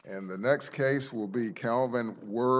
and the next case will be calvin were